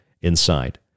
inside